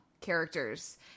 characters